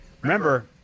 Remember